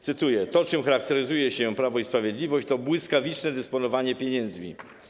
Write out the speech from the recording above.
Cytuję: To, czym charakteryzuje się Prawo i Sprawiedliwość, to błyskawiczne dysponowanie pieniędzmi.